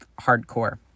hardcore